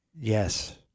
yes